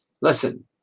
Listen